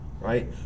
right